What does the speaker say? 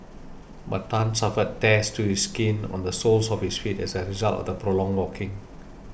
but Tan suffered tears to the skin on the soles of his feet as a result of the prolonged walking